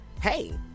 hey